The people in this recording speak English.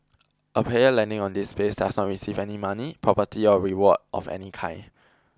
a player landing on this place does not receive any money property or reward of any kind